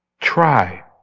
Try